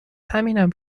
همینم